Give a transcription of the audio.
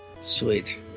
Sweet